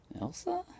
Elsa